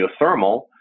geothermal